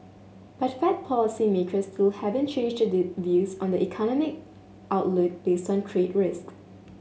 but Fed policymakers still haven't changed their views on the economic outlook based on trade risks